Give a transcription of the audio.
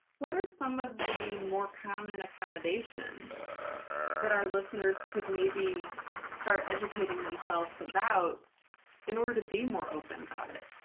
what are some of the more common accommodations that our listeners could maybe start educating themselves about in order to be more open about it?